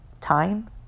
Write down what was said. time